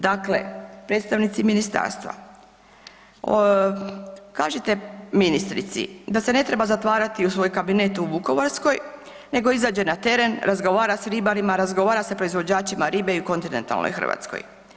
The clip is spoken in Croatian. Dakle, predstavnici ministarstva kažite ministrici da se ne treba zatvarati u svoj kabinet u Vukovarskoj, nego izađe na teren, razgovara s ribarima, razgovara s proizvođačima ribe i u kontinentalnoj Hrvatskoj.